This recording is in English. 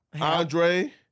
Andre